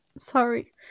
Sorry